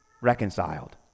reconciled